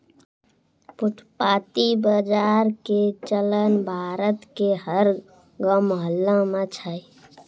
फुटपाती बाजार के चलन भारत के हर गांव मुहल्ला मॅ छै